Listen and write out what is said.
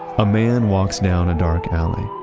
a man walks down a dark alley.